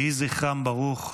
יהי זכרם ברוך.